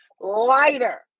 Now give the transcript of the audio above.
lighter